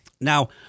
Now